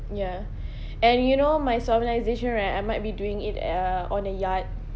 ya and you know my solemnisation right I might be doing it uh on a yard